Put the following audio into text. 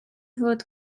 fod